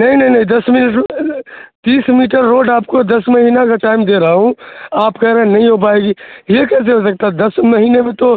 نہیں نہیں نہیں دس تیس میٹر روڈ آپ کو دس مہینہ کا ٹائم دے رہا ہوں آپ کہہ رہے ہیں نہیں ہو پائے گی یہ کیسے ہو سکتا دس مہینے میں تو